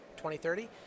2030